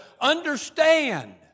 understand